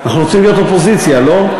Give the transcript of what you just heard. אנחנו רוצים להיות אופוזיציה, לא?